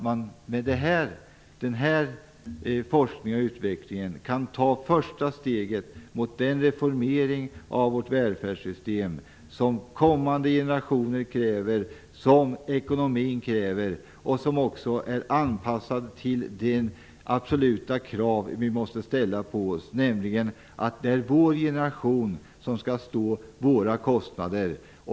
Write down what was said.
Med den här forskningen och utvecklingen kan man ta det första steget mot den reformering av vårt välfärdssystem som kommande generationer kräver och som ekonomin kräver. Det skall också vara anpassat till det absoluta krav som vi måste ställa på oss att stå för vår generations kostnader.